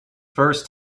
first